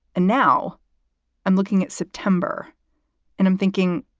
and now i'm looking at september and i'm thinking,